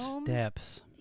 steps